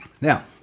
Now